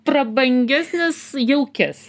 prabangesnis jaukias